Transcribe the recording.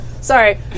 Sorry